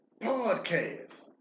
podcast